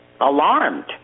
alarmed